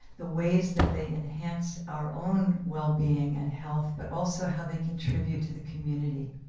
the ways that they enhance our own wellbeing and health, but also how they contribute to the community.